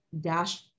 dash